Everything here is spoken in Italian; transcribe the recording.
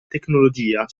tecnologia